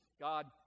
God